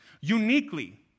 uniquely